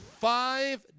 five